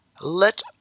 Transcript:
let